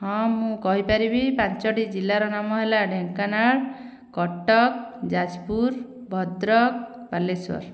ହଁ ମୁଁ କହିପାରିବି ପାଞ୍ଚଟି ଜିଲ୍ଲାର ନାମ ହେଲା ଢେଙ୍କାନାଳ କଟକ ଯାଜପୁର ଭଦ୍ରକ ବାଲେଶ୍ଵର